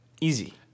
easy